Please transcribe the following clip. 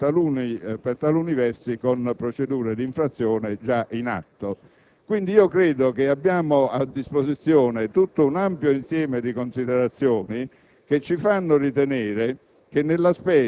all'Unione Europea, tra l'altro per taluni versi con procedure di infrazione già in atto. Abbiamo pertanto a disposizione un ampio insieme di considerazioni